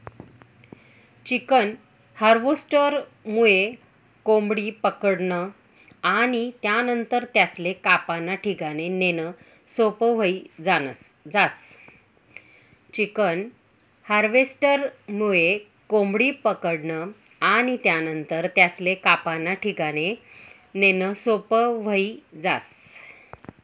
chicken हार्वेस्टरमुये कोंबडी पकडनं आणि त्यानंतर त्यासले कापाना ठिकाणे नेणं सोपं व्हयी जास